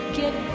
get